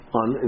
on